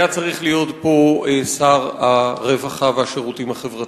היה צריך להיות פה שר הרווחה והשירותים החברתיים,